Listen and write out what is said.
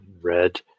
red